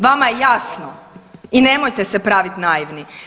Vama je jasno i nemojte se praviti naivni.